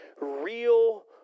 real